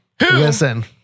listen